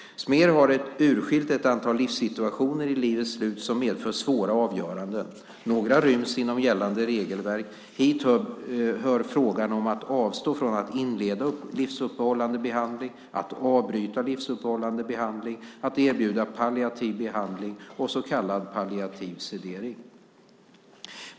Smer har urskilt ett antal livssituationer i livets slut som medför svåra avgöranden. Några ryms inom gällande regelverk. Hit hör frågan om att avstå från att inleda livsuppehållande behandling, att avbryta livsuppehållande behandling, att erbjuda palliativ behandling och så kallad palliativ sedering.